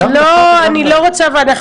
לא, אני לא רוצה ועדה חסויה.